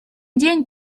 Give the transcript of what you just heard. день